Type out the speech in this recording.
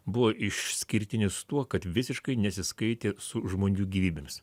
buvo išskirtinis tuo kad visiškai nesiskaitė su žmonių gyvybėmis